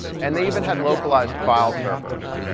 and they even had localized file servers.